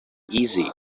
easy